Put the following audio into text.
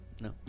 No